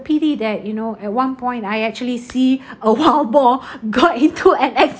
pity that you know at one point I actually see a wild boar got into an